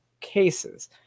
cases